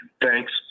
Thanks